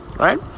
Right